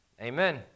Amen